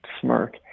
smirk